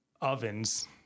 ovens